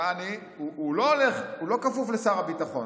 יעני הוא לא כפוף לשר הביטחון,